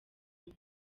umwe